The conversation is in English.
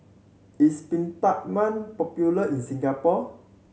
is Peptamen popular in Singapore